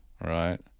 right